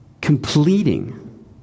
Completing